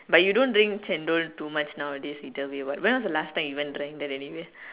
but you don't drink chendol too much nowadays either way what when was the last time you drank that anyway